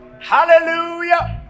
Hallelujah